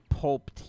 Pulp